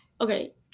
Okay